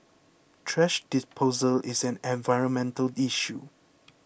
thrash disposal is an environmental issue